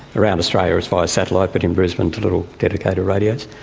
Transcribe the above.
around australia it's via satellite but in brisbane it's little dedicated radios.